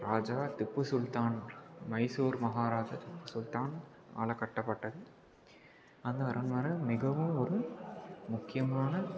ராஜா திப்பு சுல்தான் மைசூர் மகாராஜா திப்பு சுல்தான் ஆல கட்டப்பட்டது அந்த அரண்மனை மிகவும் ஒரு முக்கியமான